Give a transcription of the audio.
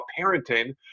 parenting